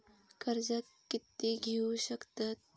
कर्ज कीती घेऊ शकतत?